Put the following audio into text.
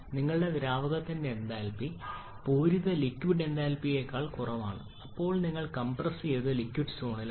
നിങ്ങളുടെ ദ്രാവകത്തിന്റെ എന്തൽപി പൂരിത ലിക്വിഡ് എന്തൽപിയേക്കാൾ കുറവാണ് അപ്പോൾ നിങ്ങൾ കംപ്രസ്സുചെയ്ത ലിക്വിഡ് സോണിലാണ്